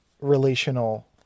relational